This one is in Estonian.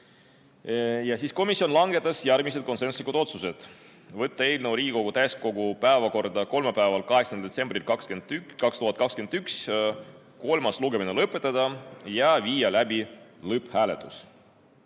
Komisjon langetas järgmised konsensuslikud otsused. Võtta eelnõu Riigikogu täiskogu päevakorda kolmapäevaks, 8. detsembriks 2021, kolmas lugemine lõpetada ja viia läbi lõpphääletus.